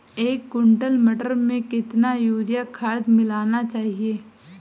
एक कुंटल मटर में कितना यूरिया खाद मिलाना चाहिए?